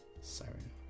siren